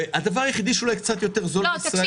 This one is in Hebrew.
הדבר היחיד שאולי קצת יותר זול בישראל --- לא,